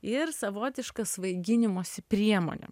ir savotiška svaiginimosi priemonė